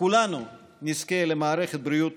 כולנו נזכה למערכת בריאות